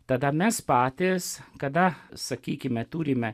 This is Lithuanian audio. tada mes patys kada sakykime turime